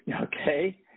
Okay